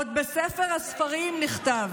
עוד בספר הספרים נכתב: